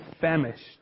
famished